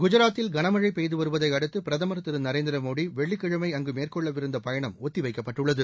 குஜராத்தில் கனமழை பெய்துவருவதை அடுத்து பிரதமர் திரு நரேந்திர மோடி வெள்ளிக்கிழமை அங்கு மேற்கொள்ளவிருந்த பயணம் ஒத்தி வைக்கப்பட்டுள்ளது